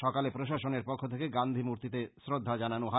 সকালে প্রশাসনের পক্ষ থেকে গান্ধী মূর্ত্তিতে শ্রদ্ধা জানানো হয়